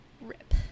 Rip